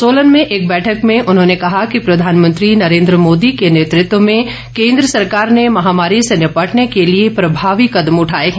सोलन में एक बैठक में उन्होंने कहा कि प्रधानमंत्री नरेन्द्र मोदी के नेतृत्व में केन्द्र सरकार ने महामारी से निपटने के लिए प्रभावी कदम उठाए हैं